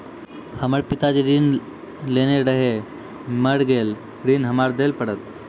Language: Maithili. हमर पिताजी ऋण लेने रहे मेर गेल ऋण हमरा देल पड़त?